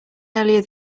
earlier